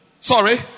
Sorry